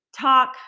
talk